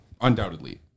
undoubtedly